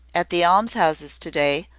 at the almshouses to-day,